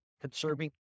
Conserving